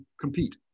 compete